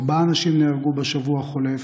ארבעה אנשים נהרגו בשבוע החולף,